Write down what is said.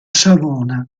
savona